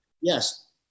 Yes